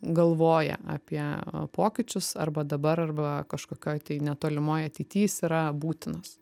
galvoja apie pokyčius arba dabar arba kažkokioj tai netolimoj ateity jis yra būtinas